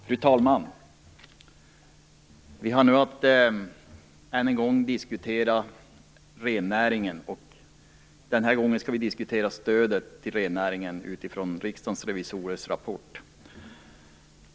Fru talman! Vi har nu att än en gång diskutera rennäringen. Den här gången skall vi diskutera stödet till rennäringen utifrån Riksdagens revisorers rapport.